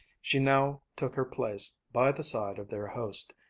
she now took her place by the side of their host,